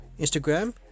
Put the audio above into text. Instagram